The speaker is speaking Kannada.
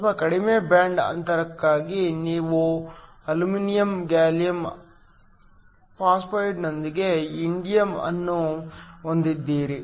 ಸ್ವಲ್ಪ ಕಡಿಮೆ ಬ್ಯಾಂಡ್ ಅಂತರಕ್ಕಾಗಿ ನೀವು ಅಲ್ಯೂಮಿನಿಯಂ ಗ್ಯಾಲಿಯಂ ಫಾಸ್ಫೈಡ್ ನೊಂದಿಗೆ ಇಂಡಿಯಮ್ ಅನ್ನು ಹೊಂದಿದ್ದೀರಿ